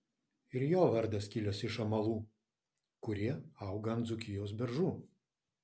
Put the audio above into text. ir jo vardas kilęs iš amalų kurie auga ant dzūkijos beržų